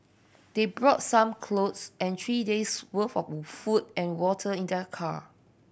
they brought some clothes and three days' worth of food and water in their car